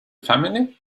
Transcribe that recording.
family